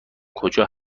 کجا